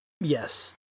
Yes